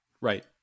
Right